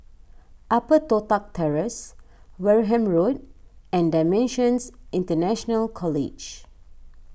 Upper Toh Tuck Terrace Wareham Road and Dimensions International College